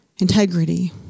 integrity